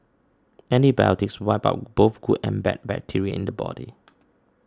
antibiotics wipe out both good and bad bacteria in the body